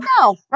no